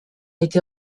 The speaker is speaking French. été